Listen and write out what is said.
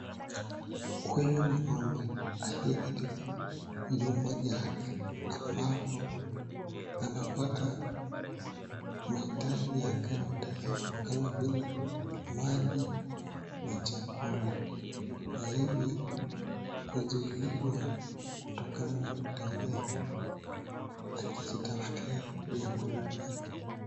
Huyu ni ng'ombe aliyekatika jumba chake, ambapo anapata mahitaji yake yote hapo kama vile maji na chakula. Na hivi kuzuiliwa kutokana na kutembea akijitafutia vyakula vyake.